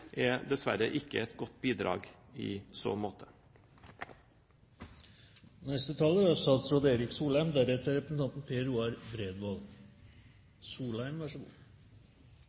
er dessverre ikke et godt bidrag i så måte. Det er